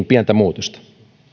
pientä muutosta